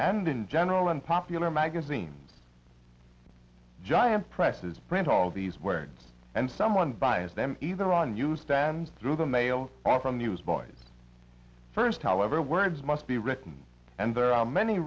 and in general and popular magazines giant presses print all these words and someone buys them either on news stands through the mail from news voice first however words must be written and there are many